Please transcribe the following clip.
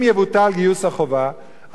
אם יבוטל גיוס החובה,